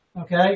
Okay